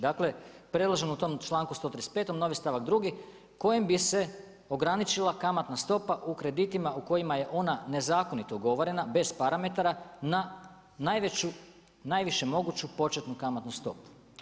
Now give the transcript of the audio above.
Dakle preloženo u tom čl.135. novi stavak 2 kojim bi se ograničila kamatna stopa u kreditima u kojima je ona nezakonito ugovorena, bez parametara, na najvišu moguću početnu kamatnu stopu.